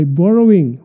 borrowing